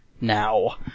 now